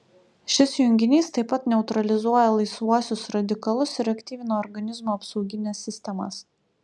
šis junginys taip pat neutralizuoja laisvuosius radikalus ir aktyvina organizmo apsaugines sistemas